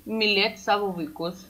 mylėt savo vaikus